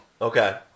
Okay